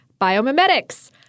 biomimetics